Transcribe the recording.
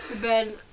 Ben